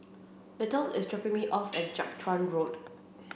little is dropping me off at Jiak Chuan Road